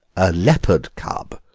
a leopard cub!